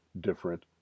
different